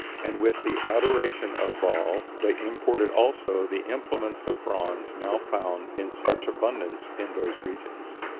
and with the adoration of baal they imported also the implements of bronze now found in such abundance in those regions.